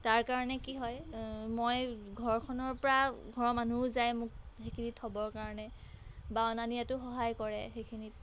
তাৰ কাৰণে কি হয় মই ঘৰখনৰ পৰা ঘৰৰ মানুহো যায় মোক সেইখিনি থ'ব কাৰণে বা অনা নিয়াটো সহায় কৰে সেইখিনি